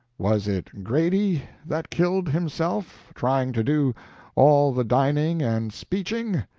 was it grady that killed himself trying to do all the dining and speeching?